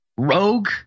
rogue